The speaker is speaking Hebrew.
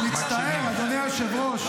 אני מצטער, אדוני היושב-ראש,